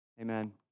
amen